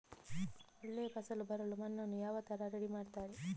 ಒಳ್ಳೆ ಫಸಲು ಬರಲು ಮಣ್ಣನ್ನು ಯಾವ ತರ ರೆಡಿ ಮಾಡ್ತಾರೆ?